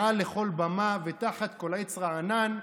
מעל לכל במה ותחת כל עץ רענן,